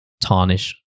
tarnish